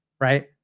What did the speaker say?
Right